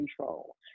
control